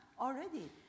already